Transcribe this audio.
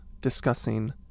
discussing